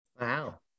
Wow